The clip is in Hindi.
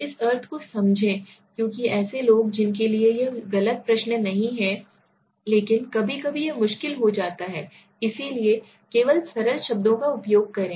इस अर्थ को समझें क्योंकि ऐसे लोग जिनके लिए यह गलत प्रश्न नहीं है लेकिन कभी कभी यह मुश्किल हो जाता है इसलिए केवल सरल शब्दों का उपयोग करें